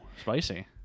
spicy